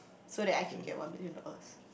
so that I can get one million dollars